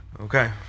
okay